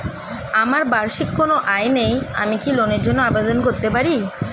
আমার বার্ষিক কোন আয় নেই আমি কি লোনের জন্য আবেদন করতে পারি?